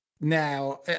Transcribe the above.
Now